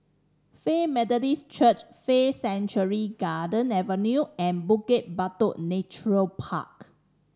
Faith Methodist Church Faith Sanctuary Garden Avenue and Bukit Batok Nature Park